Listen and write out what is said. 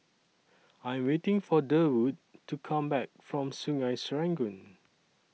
I Am waiting For Durwood to Come Back from Sungei Serangoon